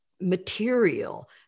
material